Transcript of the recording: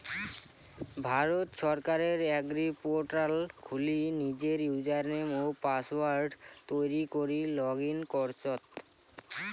ভারত সরকারের এগ্রিপোর্টাল খুলি নিজের ইউজারনেম ও পাসওয়ার্ড তৈরী করি লগ ইন করচত